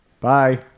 Bye